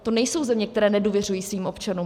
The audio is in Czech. To nejsou země, které nedůvěřují svým občanům.